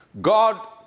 God